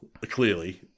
clearly